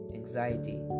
anxiety